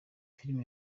film